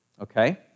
okay